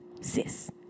sis